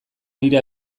nire